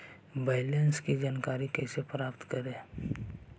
Balance की जानकारी कैसे प्राप्त करे?